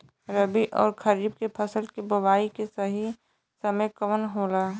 रबी अउर खरीफ के फसल के बोआई के सही समय कवन होला?